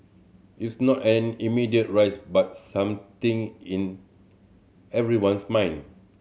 it's not an immediate risk but something in everyone's mind